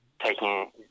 taking